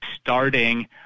starting